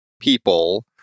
people